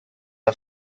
are